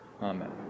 Amen